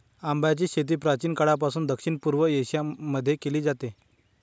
आंब्याची शेती प्राचीन काळापासून दक्षिण पूर्व एशिया मध्ये केली जाते